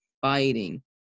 fighting